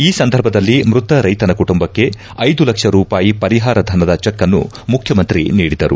ಈ ಸಂದರ್ಭದಲ್ಲಿ ಮ್ಬತ ರೈಶನ ಕುಟುಂಬಕ್ಕೆ ಐದು ಲಕ್ಷ ರೂಪಾಯಿ ಪರಿಹಾರ ಧನದ ಚೆಕ್ ಅನ್ನು ಮುಖ್ಚಮಂತ್ರಿ ನೀಡಿದರು